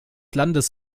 landes